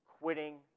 quitting